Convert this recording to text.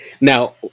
Now